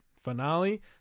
finale